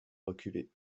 reculer